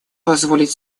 позволить